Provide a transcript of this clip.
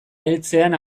heltzean